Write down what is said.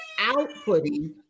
outputting